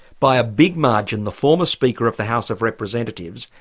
by a big margin, the former speaker of the house of representatives,